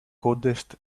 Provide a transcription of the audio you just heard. contest